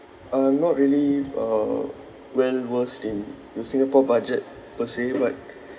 uh not really uh when was in in singapore budget per se but